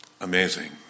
amazing